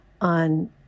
on